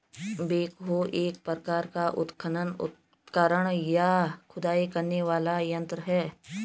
backhoe एक प्रकार का उत्खनन उपकरण, या खुदाई करने वाला यंत्र है